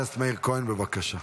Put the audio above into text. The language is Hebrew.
חבר הכנסת מאיר כהן, בבקשה.